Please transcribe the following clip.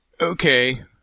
Okay